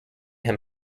him